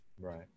Right